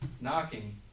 knocking